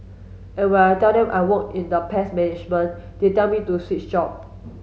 and when I tell them I work in the pest management they tell me to switch job